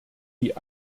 die